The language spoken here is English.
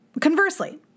Conversely